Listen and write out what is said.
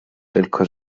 tylko